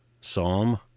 Psalm